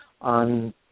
on